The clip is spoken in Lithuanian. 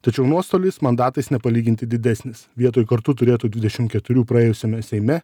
tačiau nuostolis mandatais nepalyginti didesnis vietoj kartu turėtų dvidešim keturių praėjusiame seime